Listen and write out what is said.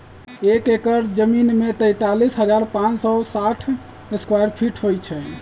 एक एकड़ जमीन में तैंतालीस हजार पांच सौ साठ स्क्वायर फीट होई छई